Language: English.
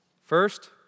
First